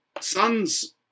sons